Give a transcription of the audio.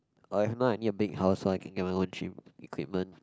or if not I need a big house so I can get my own gym equipment